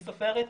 היא סופרת,